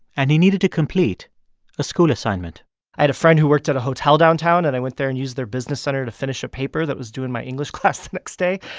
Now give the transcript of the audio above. and he needed to complete a school assignment i had a friend who worked at a hotel downtown, and i went there and use their business center to finish a paper that was due in my english class the next day.